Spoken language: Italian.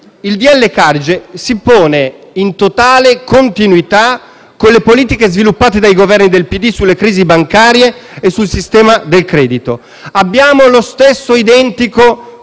Carige si pone in totale continuità con le politiche sviluppate dai Governi del PD sulle crisi bancarie e sul sistema del credito. Abbiamo lo stesso identico